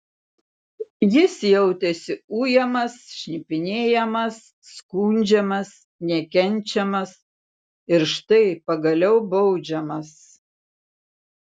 jis jautėsi ujamas šnipinėjamas skundžiamas nekenčiamas ir štai pagaliau baudžiamas